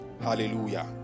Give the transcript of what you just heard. Hallelujah